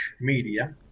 media